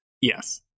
Yes